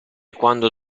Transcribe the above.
quando